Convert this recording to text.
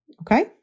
Okay